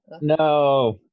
no